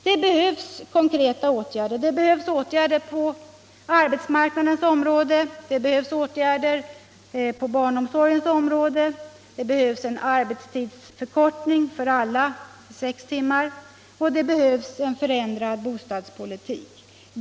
Det behövs konkreta åtgärder: Det behövs åtgärder på arbetsmarknadens område och på barnomsorgens område. Det behövs en arbetstidsförkortning för alla till sex timmar, och det behövs en förändrad bostadspolitik.